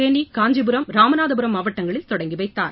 தேனி காஞ்சிபுரம் ராமநாதபுரம் மாவட்டங்களில் தொடங்கிவைத்தார்